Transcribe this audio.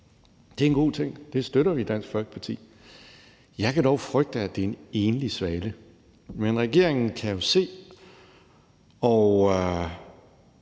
Det er en god ting, og det støtter vi i Dansk Folkeparti. Jeg kan dog frygte, at det er en enlig svale, men regeringen kunne jo se at